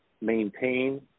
maintain